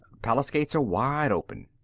palace gates are wide open.